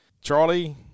Charlie